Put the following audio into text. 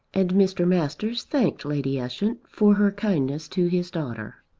and mr. masters thanked lady ushant for her kindness to his daughter.